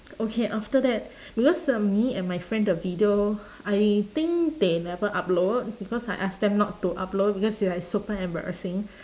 okay after that because uh me and my friend the video I think they never upload because I ask them not to upload because it's like super embarrassing